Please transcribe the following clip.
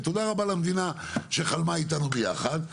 ותודה רבה למדינה שחלמה איתנו ביחד.